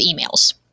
emails